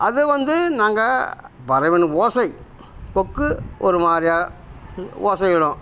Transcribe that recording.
அது வந்து நாங்கள் வரவேணும் ஓசை கொக்கு ஒரு மாதிரியா ம் ஓசையிடும்